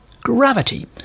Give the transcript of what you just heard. Gravity